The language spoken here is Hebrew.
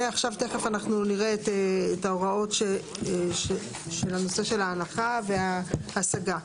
ועכשיו תיכף נראה את ההוראות של הנושא של ההנחה וההשגה.